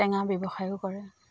টেঙা ব্যৱসায়ো কৰে